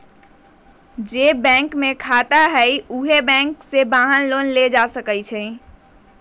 जे बैंक में खाता हए उहे बैंक से वाहन लोन लेल जा सकलई ह